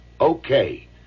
Okay